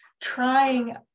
trying